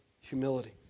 humility